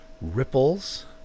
Ripples